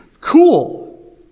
cool